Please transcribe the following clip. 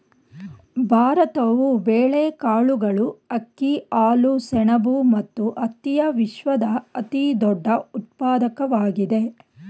ಭಾರತವು ಬೇಳೆಕಾಳುಗಳು, ಅಕ್ಕಿ, ಹಾಲು, ಸೆಣಬು ಮತ್ತು ಹತ್ತಿಯ ವಿಶ್ವದ ಅತಿದೊಡ್ಡ ಉತ್ಪಾದಕವಾಗಿದೆ